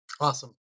Awesome